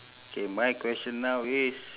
K my question now is